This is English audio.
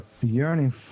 yearning